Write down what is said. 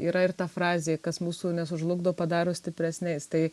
yra ir ta frazė kas mūsų nesužlugdo padaro stipresniais tai